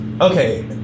okay